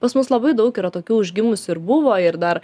pas mus labai daug yra tokių užgimusių ir buvo ir dar